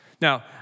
Now